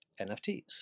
nfts